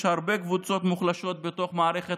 יש הרבה קבוצות מוחלשות בתוך מערכת